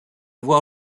voir